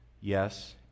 Yes